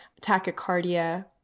tachycardia